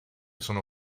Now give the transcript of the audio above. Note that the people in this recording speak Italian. sono